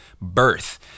birth